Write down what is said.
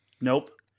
nope